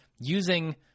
using